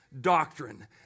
doctrine